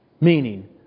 Meaning